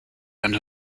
and